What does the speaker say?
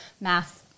math